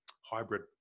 hybrid